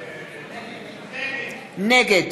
נגד